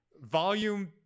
Volume